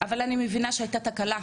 אבל אני מבינה שהייתה תקלה,